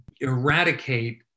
eradicate